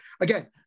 again